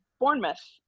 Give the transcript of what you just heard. Bournemouth